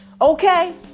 Okay